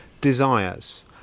desires